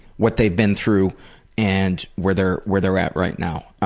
what they've been through and where they're where they're at right now.